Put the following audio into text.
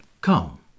come